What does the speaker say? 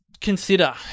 consider